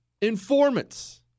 informants